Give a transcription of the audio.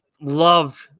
loved